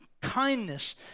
kindness